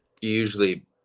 usually